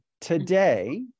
Today